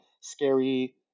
scary